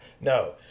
No